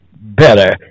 better